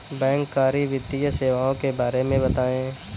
बैंककारी वित्तीय सेवाओं के बारे में बताएँ?